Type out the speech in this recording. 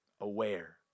aware